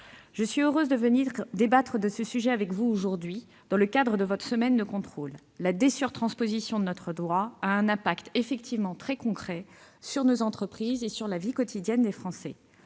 je suis heureuse de débattre de ce sujet avec vous aujourd'hui dans le cadre de votre semaine de contrôle. La dé-surtransposition de notre droit a un impact très concret sur nos entreprises et sur la vie quotidienne des Français.